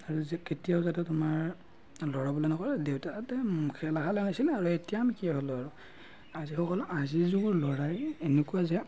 আৰু যে কেতিয়াও যাতে তোমাৰ ল'ৰাই বোলে নকয় দেউতাহঁতে খেলা খেলা হৈছিল আৰু এতিয়া আমি কিয় খেলোঁ আৰু আজি সকলো আজিৰ যুগৰ ল'ৰাই এনেকুৱা যে